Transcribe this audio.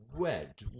wed